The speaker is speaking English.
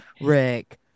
Rick